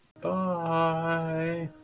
Bye